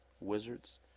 wizards